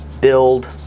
build